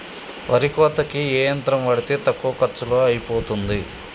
వరి కోతకి ఏ యంత్రం వాడితే తక్కువ ఖర్చులో అయిపోతుంది?